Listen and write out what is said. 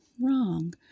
Wrong